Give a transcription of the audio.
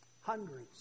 Hundreds